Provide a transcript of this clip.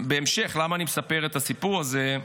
למה אני מספר את הסיפור הזה?